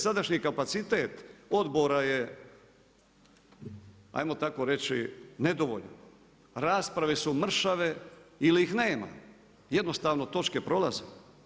Sadašnji kapacitet odbora je ajmo tako reći nedovoljan, rasprave su mršave ili ih nema, jednostavno točke prolaze.